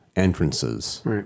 Entrances